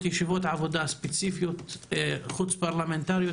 ישיבות עבודה ספציפיות חוץ פרלמנטריות,